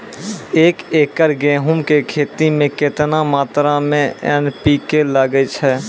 एक एकरऽ गेहूँ के खेती मे केतना मात्रा मे एन.पी.के लगे छै?